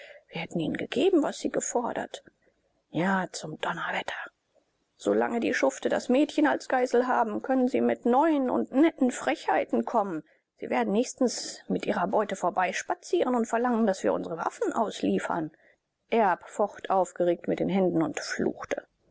wir hätten ihnen gegeben was sie gefordert ja zum donnerwetter solange die schufte das mädchen als geisel haben können sie mit neuen und netten frechheiten kommen sie werden nächstens mit ihrer beute vorbeispazieren und verlangen daß wir unsre waffen ausliefern erb focht aufgeregt mit den händen und fluchte